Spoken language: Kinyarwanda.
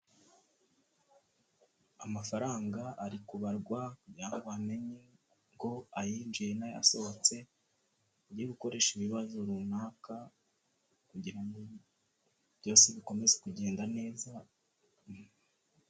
Amafaranga ari kubarwa kugira bamenye ngo ayinjiye n'ayasohotse, ajye gukoresha ibibazo runaka, kugira ngo byose bikomeze kugenda neza.